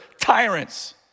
tyrants